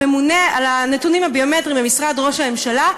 הממונה על הנתונים הביומטריים במשרד הממשלה,